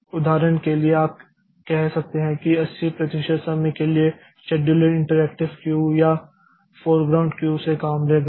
उदाहरण के लिए आप कह सकते हैं कि 80 प्रतिशत समय के लिए शेड्यूलर इंटरएक्टिव क्यू या फोरग्राउंड क्यू से काम लेगा